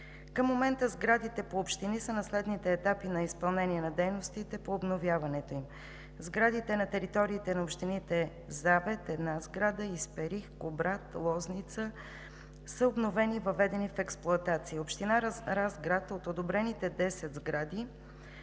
Към момента сградите по общини са на следните етапи на изпълнение на дейностите по обновяването им: сградите на териториите на общините Завет – една сграда, Исперих, Кубрат, Лозница – са обновени и въведени в експлоатация; община Разград – от одобрените 10 сгради,